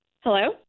Hello